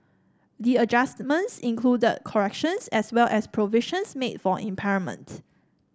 the adjustments included corrections as well as provisions made for impairment